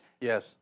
Yes